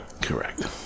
correct